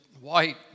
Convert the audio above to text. white